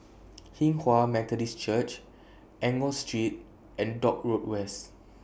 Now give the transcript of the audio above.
Hinghwa Methodist Church Enggor Street and Dock Road West